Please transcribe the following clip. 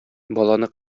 баланы